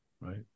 right